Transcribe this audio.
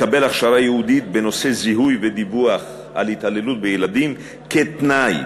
לקבל הכשרה ייעודית בנושא זיהוי ודיווח על התעללות בילדים כתנאי,